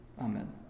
Amen